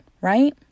right